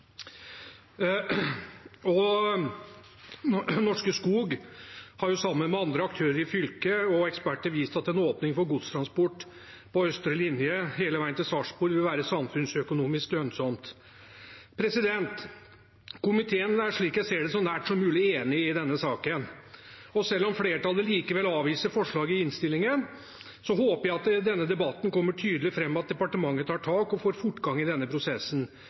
og Norske Skog har, sammen med andre aktører i fylket og eksperter, vist at en åpning for godstransport på østre linje hele veien til Sarpsborg vil være samfunnsøkonomisk lønnsomt. Komiteen er, slik jeg ser det, så nær en enighet som mulig i denne saken. Og selv om flertallet likevel avviser forslaget i innstillingen, håper jeg at det i denne debatten kommer tydelig fram at departementet tar tak og får fortgang i denne prosessen,